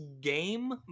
game